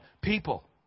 people